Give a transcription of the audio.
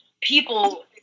people